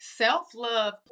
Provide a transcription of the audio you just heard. Self-love